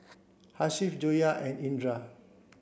Hasif Joyah and Indra